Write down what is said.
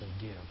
give